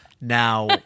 Now